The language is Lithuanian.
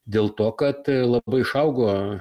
dėl to kad labai išaugo